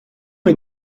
est